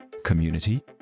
community